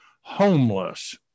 homeless